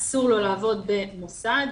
אסור לו לעבוד במוסד,